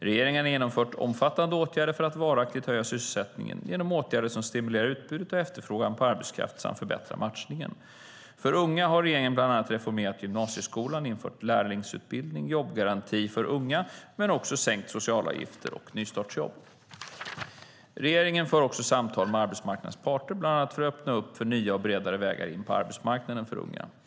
Regeringen har genomfört omfattande åtgärder för att varaktigt höja sysselsättningen genom åtgärder som stimulerar utbudet och efterfrågan på arbetskraft samt förbättrar matchningen. För unga har regeringen bland annat reformerat gymnasieskolan och infört lärlingsutbildning, jobbgarantin för unga men också sänkta socialavgifter och nystartsjobb. Regeringen för också samtal med arbetsmarknadens parter, bland annat för att öppna upp nya och bredare vägar in på arbetsmarknaden för unga.